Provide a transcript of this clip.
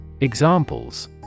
Examples